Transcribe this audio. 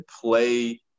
play